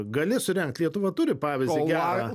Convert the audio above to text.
gali surengt lietuva turi pavyzdį gerą